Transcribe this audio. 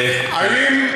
גם אני הקשבתי.